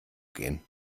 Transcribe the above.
gehen